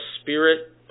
spirit